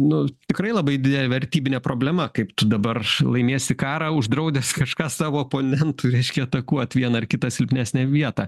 nu tikrai labai didelė vertybinė problema kaip tu dabar laimėsi karą uždraudęs kažką savo oponentui reiškia atakuot vieną ar kitą silpnesnę vietą